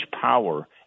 power